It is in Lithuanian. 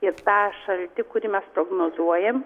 ir tą šaltį kurį mes prognozuojam